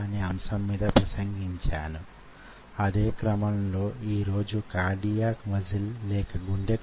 నేను ముఖ్యంగా చెప్పదలచుకొన్న దేమంటే యిందులో యిదే ఆఖరి వారం